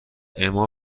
اما